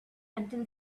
until